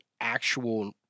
actual